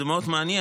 זה מאוד מעניין,